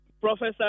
Professor